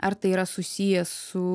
ar tai yra susiję su